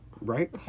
Right